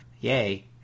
yay